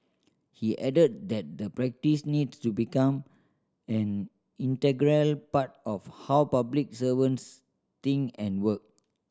he added that the practice needs to become an integral part of how public servants think and work